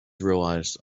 realized